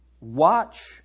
Watch